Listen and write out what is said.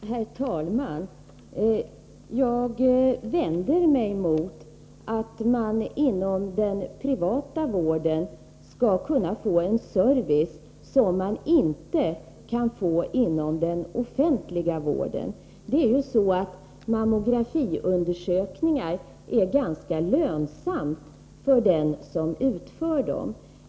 Herr talman! Jag vänder mig mot att man inom den privata vården skall kunna få en service som man inte kan få inom den offentliga vården. Mammografiundersökningar är ganska lönsamma för den som utför dem.